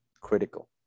critical